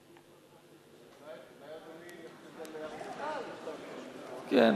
אולי אדוני יכריז על הפסקה, כן.